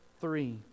three